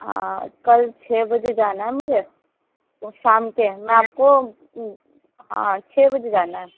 کل چھ بجے جانا ہے مجھے تو شام کے میں آپ کو ہاں چھ بجے جانا ہے